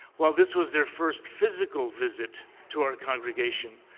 while this was their first physical visit to our congregation,